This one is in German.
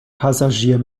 passagier